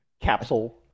capsule